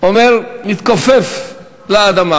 מתכופף לאדמה